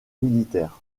militaires